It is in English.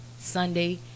Sunday